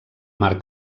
mar